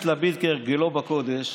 מאחר